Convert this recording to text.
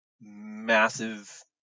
massive